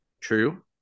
True